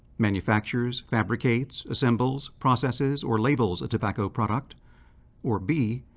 manufactures, fabricates, assembles, processes, or labels a tobacco product or b.